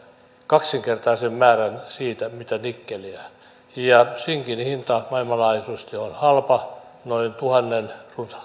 kaksinkertaisen määrän siitä mitä nikkeliä sinkin hinta maailmanlaajuisesti on halpa noin